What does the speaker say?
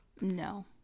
No